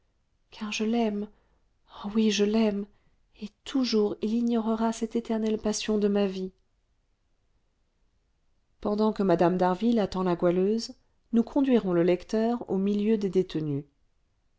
car je l'aime oh oui je l'aime et toujours il ignorera cette éternelle passion de ma vie pendant que mme d'harville attend la goualeuse nous conduirons le lecteur au milieu des détenues